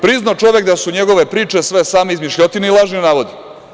Priznao čovek da su njegove priče sve same izmišljotine i lažni navodi.